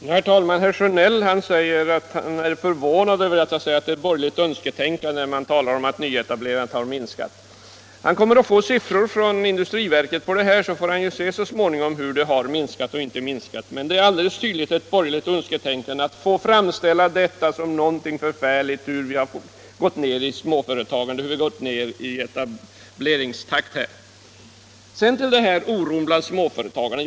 Herr talman! Herr Sjönell är förvånad över att jag säger att det är borgerligt önsketänkande när man talar om att nyetablerandet har minskat. Han kommer att få siffror från industriverket på detta, så får han se så småningom hur det har minskat och inte minskat. Men det är alldeles tydligt ett borgerligt önsketänkande att få framställa detta som någonting förfärligt — hur vi har gått ner i småföretagande, hur vi har gått ned i etableringstakt. Sedan till det här om oron bland småföretagare.